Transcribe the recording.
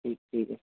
ਠੀਕ ਠੀਕ ਹੈ